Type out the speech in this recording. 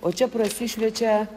o čia prasišviečia